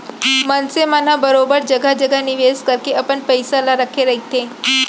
मनसे मन ह बरोबर जघा जघा निवेस करके अपन पइसा ल रखे रहिथे